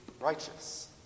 righteous